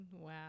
Wow